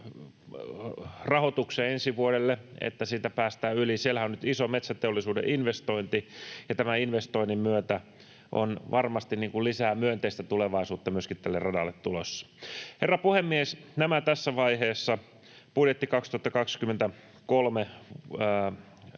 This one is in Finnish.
rahoituksen ensi vuodelle, että siitä päästään yli. Siellähän on nyt iso metsäteollisuuden investointi, ja tämän investoinnin myötä on varmasti lisää myönteistä tulevaisuutta myöskin tälle radalle tulossa. Herra puhemies! Nämä tässä vaiheessa budjetin 2023,